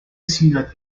ciudad